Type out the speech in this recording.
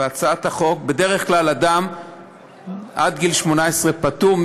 בדרך כלל אדם עד גיל 18 פטור,